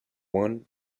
one